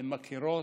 הן מכירות.